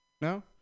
No